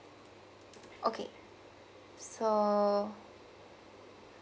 okay so